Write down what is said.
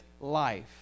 life